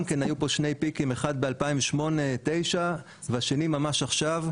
כן היו פה גם שני פיקים אחד ב-2008-2009 והשני ממש עכשיו.